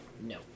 No